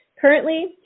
Currently